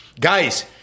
guys